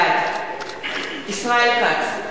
בעד ישראל כץ,